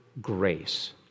grace